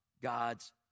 God's